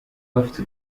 bafite